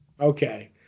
okay